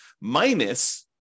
minus